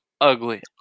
ugly